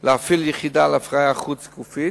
להפעיל יחידה להפריה חוץ-גופית,